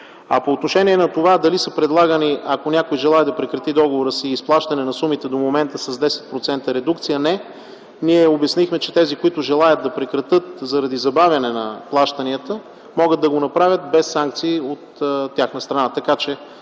По отношение на това дали е предлагано, ако някой желае да прекрати договора си изплащане на сумите до момента са с 10% редукция - не, ние обяснихме, че тези, които желаят да прекратят, заради забавяне на плащанията, могат да го направят без санкции от тяхна страна.